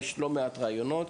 יש לא מעט רעיונות.